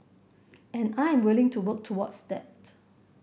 and I am willing to work towards that